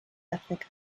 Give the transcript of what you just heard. ethnic